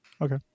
Okay